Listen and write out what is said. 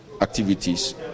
activities